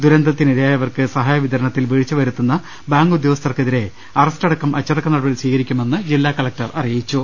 ദുരന്തത്തിനിരയായവർക്ക് സഹായ വിതരണത്തിൽ വീഴ്ച വരുത്തുന്ന ബാങ്ക് ഉദ്യോഗസ്ഥർക്കെതിരെ അറസ്റ്റ് അടക്കം അച്ചടക്ക നടപടി സ്വീകരിക്കുമെന്ന് ജില്ലാ കല ക്ടർ അറിയിച്ചു